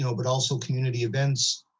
so but also community events.